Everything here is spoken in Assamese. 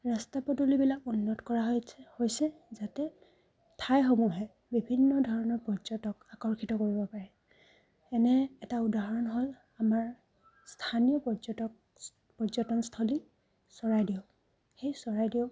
ৰাস্তা পদূলিবিলাক উন্নত কৰা হৈছে যাতে ঠাইসমূহে বিভিন্ন ধৰণৰ পৰ্যটক আকৰ্ষিত কৰিব পাৰে এনে এটা উদাহৰণ হ'ল আমাৰ স্থানীয় পৰ্যটক পৰ্যটনস্থলী চৰাইদেউ সেই চৰাইদেউ